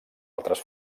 altres